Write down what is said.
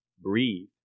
breathe